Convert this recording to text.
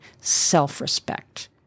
self-respect